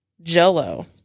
Jell-O